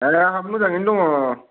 ए आंहाबो मोजाङैनो दङ